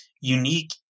unique